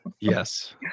Yes